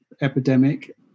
epidemic